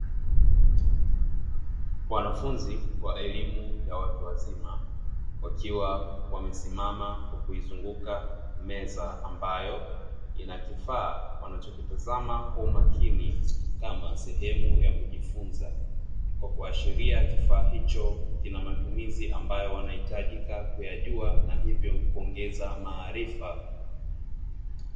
Wanafunzi wa elimu ya watu wazima, wakiwa wamesimama kwa kuizunguka meza, ambayo ina kifaa wanachokitazama kwa umakini kama sehemu ya kujifunza kwa kuashiria kifaa hicho kina matumizi ambayo wanahitajika kuyajua na hivyo kuongeza maarifa.